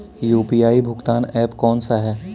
UPI भुगतान app कौन सा है?